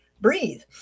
Breathe